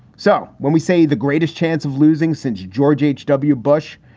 so when we say the greatest chance of losing since george h w. bush.